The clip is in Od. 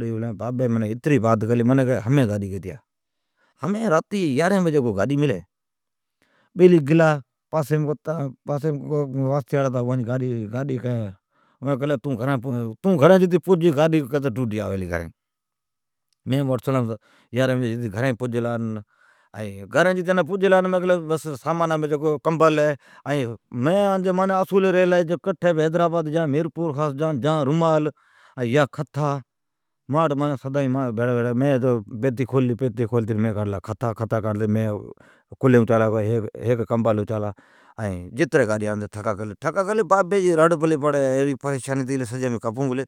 ڈیئی بابی ھمین منین کیلی گاڈی گیتیا۔ ھمین کو راتی جی یارھن بجی گاڈی ملی، پاسیم کو واسطی آڑا ھتا اون کیلی، اوڑین کیلی تون گھرین پج گاڈی آوی لی ٹوڈی۔ مین موٹرسائیکلام ھتا گھرین پجلا مانجا اصول ہے حیدرآباد میرپور جائین کھتھا یا کنبل بھیرین ھوی۔ مین کھتھا کاڈھلا جیستائین گاڈی آڑتی ٹھک پجلی۔ بابی جی رڑ پلی پڑی امین سجی کپون پلی،